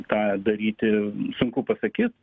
tą daryti sunku pasakyt